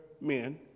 men